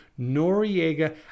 Noriega